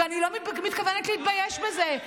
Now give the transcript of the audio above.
ואני לא מתכוונת להתבייש בזה,